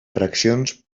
fraccions